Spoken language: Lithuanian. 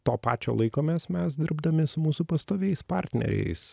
to pačio laikomės mes dirbdami su mūsų pastoviais partneriais